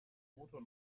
motor